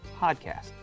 podcast